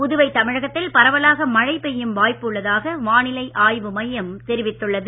புதுவை தமிழகத்தில் பரவலாக மழை பெய்யும் வாய்ப்பு உள்ளதாக வானிலை ஆய்வுமையம் தெரிவித்துள்ளது